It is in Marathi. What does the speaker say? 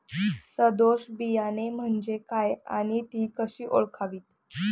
सदोष बियाणे म्हणजे काय आणि ती कशी ओळखावीत?